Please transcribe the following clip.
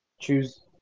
choose